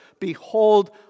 Behold